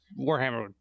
Warhammer